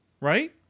right